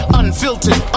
unfiltered